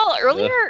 earlier